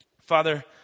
Father